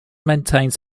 maintains